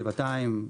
גבעתיים,